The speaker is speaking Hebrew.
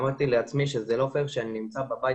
אמרתי לעצמי שזה לא הוגן שאני נמצא בבית